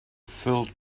filled